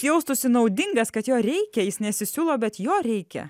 jaustųsi naudingas kad jo reikia jis nesisiūlo bet jo reikia